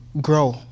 grow